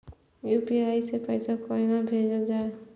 UPI सै पैसा कोना भैजल जाय?